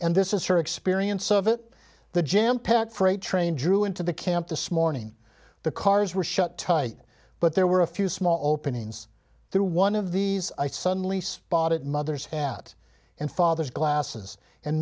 and this is her experience of it the jam packed freight train drew into the camp this morning the cars were shut tight but there were a few small openings through one of these i suddenly spotted mother's hat and father's glasses and